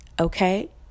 Okay